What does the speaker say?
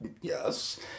yes